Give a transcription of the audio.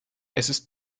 ist